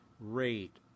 rate